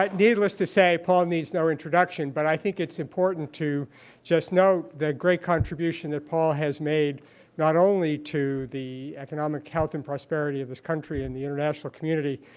needless to say, paul needs no introduction, but i think it's important to just note the great contribution that paul has made not only to the economic health and prosperity of this country and the international community,